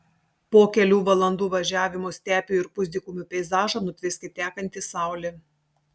po kelių valandų važiavimo stepių ir pusdykumių peizažą nutvieskė tekanti saulė